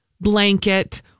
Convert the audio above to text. blanket